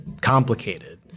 complicated